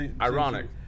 ironic